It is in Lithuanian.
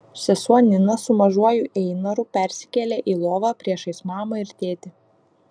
sesuo nina su mažuoju einaru persikėlė į lovą priešais mamą ir tėtį